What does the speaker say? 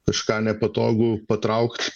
kažką nepatogu patraukt